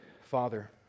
Father